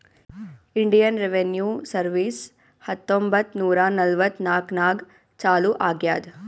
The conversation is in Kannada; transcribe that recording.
ಇಂಡಿಯನ್ ರೆವಿನ್ಯೂ ಸರ್ವೀಸ್ ಹತ್ತೊಂಬತ್ತ್ ನೂರಾ ನಲ್ವತ್ನಾಕನಾಗ್ ಚಾಲೂ ಆಗ್ಯಾದ್